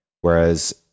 Whereas